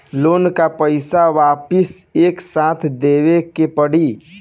Loan का पईसा वापिस एक साथ देबेके पड़ी?